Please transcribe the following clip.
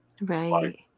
Right